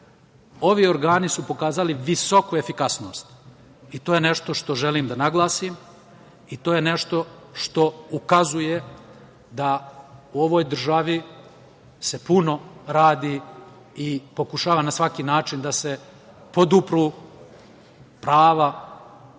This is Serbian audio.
ovi organi su pokazali visoku efikasnost i to je nešto što želim da naglasim i to je nešto što ukazuje da se u ovoj državi puno radi i pokušava na svaki način da se podupru prava